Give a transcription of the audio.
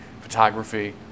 photography